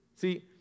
See